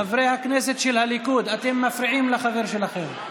חברי הכנסת של הליכוד, אתם מפריעים לחבר שלכם.